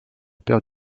père